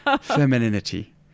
femininity